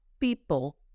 people